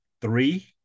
three